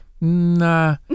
nah